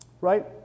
right